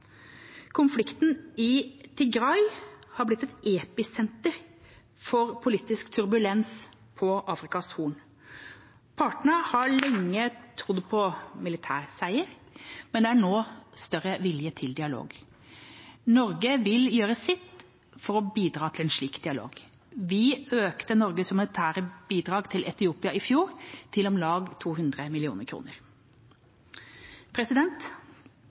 Konflikten i Tigray har blitt et episenter for politisk turbulens på Afrikas Horn. Partene har lenge trodd på militær seier, men det er nå større vilje til dialog. Norge vil gjøre sitt for å bidra til en slik dialog. Vi økte Norges humanitære bidrag til Etiopia i fjor til om lag 200